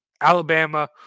Alabama